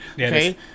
okay